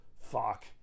fuck